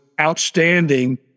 outstanding